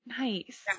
nice